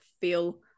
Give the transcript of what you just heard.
feel